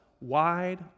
wide